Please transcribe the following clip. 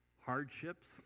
hardships